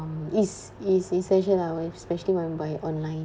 ~(um) is is essential lah when especially when buy online